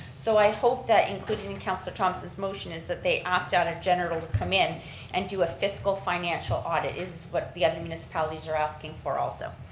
so i hope that included in in councilor thomson's motion is that they asked out a general to come in and do a fiscal financial audit, is what the other municipalities are asking for also.